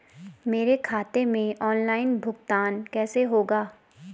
मेरे खाते में ऑनलाइन भुगतान कैसे होगा?